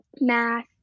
math